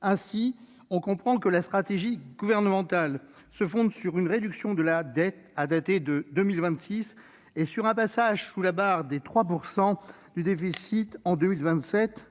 Ainsi, on comprend que la stratégie gouvernementale se fonde sur une réduction de la dette à compter de 2026 et sur un passage sous la barre des 3 % du déficit en 2027.